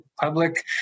public